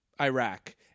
Iraq